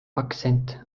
akzent